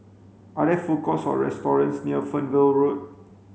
are there food courts or restaurants near Fernvale Road